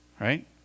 right